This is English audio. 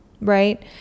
right